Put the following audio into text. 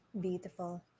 beautiful